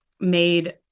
made